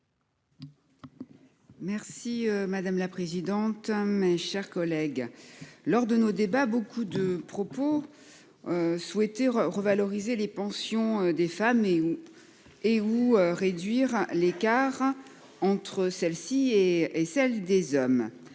Merci madame la présidente. Mes chers collègues. Lors de nos débats, beaucoup de propos. Souhaiter revaloriser les pensions des femmes et où. Et ou réduire l'écart entre celle-ci et et celle des hommes